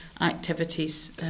activities